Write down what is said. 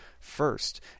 first